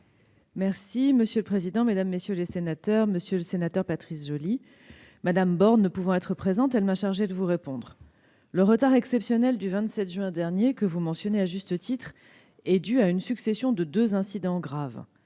Monsieur le président, mesdames, messieurs les sénateurs, monsieur le sénateur Patrice Joly, Mme Élisabeth Borne ne pouvant être présente, elle m'a chargée de vous répondre. Le retard exceptionnel du 27 juin dernier, que vous mentionnez à juste titre, est dû à la succession de deux incidents graves